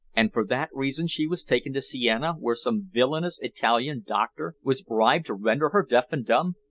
and for that reason she was taken to siena, where some villainous italian doctor was bribed to render her deaf and dumb.